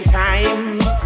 times